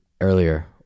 earlier